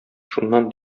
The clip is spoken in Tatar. шуннан